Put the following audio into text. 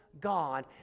god